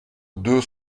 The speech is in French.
deux